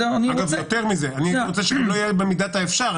יותר מזה אני גם לא רוצה שיהיה "במידת האפשר".